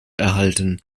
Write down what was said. erhalten